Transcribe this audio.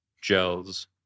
gels